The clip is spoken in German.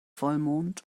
vollmond